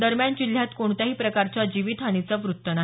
दरम्यान जिल्ह्यात कोणत्याही प्रकारच्या जीवितहानीचं व्रत्त नाही